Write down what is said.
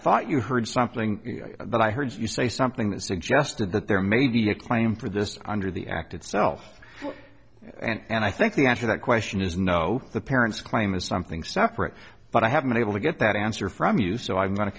thought you heard something that i heard you say something that suggested that there may be a claim for this under the act itself and i think the answer that question is no the parents claim is something separate but i haven't been able to get that answer from you so i'm go